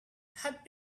had